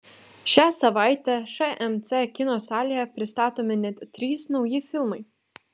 šią savaitę šmc kino salėje pristatomi net trys nauji filmai